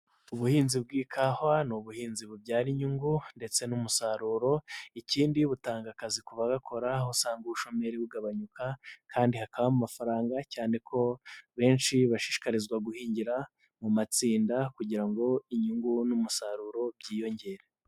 ubuhinzi bw'ikawa n'ubuhinzi bubyara inyungu ndetse n'umusaruro, ikindi butanga akazi ku ba bagakora usanga ubushomeri bugabanyuka kandi hakabamo amafaranga cyane ko benshi bashishikarizwa guhingira mu matsinda, kugira ngo inyungu n'umusaruro byiyongere.